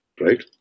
right